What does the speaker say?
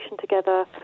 together